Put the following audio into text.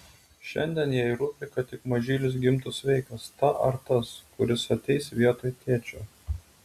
šiandien jai rūpi kad tik mažylis gimtų sveikas ta ar tas kuris ateis vietoj tėčio